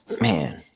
man